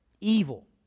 Evil